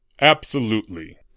Absolutely